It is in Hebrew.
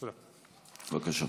בבקשה.